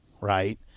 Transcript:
right